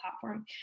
platform